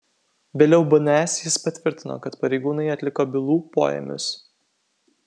vėliau bns jis patvirtino kad pareigūnai atliko bylų poėmius